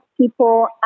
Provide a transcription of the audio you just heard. people